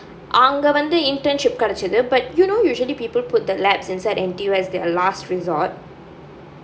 அங்க வந்து:anga vanthu internship கிடச்சுது:kidachuthu but you know usually people put the labs inside N_T_U as their last resort